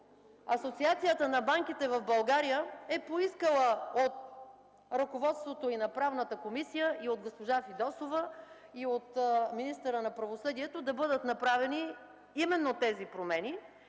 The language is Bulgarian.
Асоциацията на банките в България е поискала от ръководството и на Правната комисия, и от госпожа Фидосова, и от министъра на правосъдието да бъдат направени именно тези промени.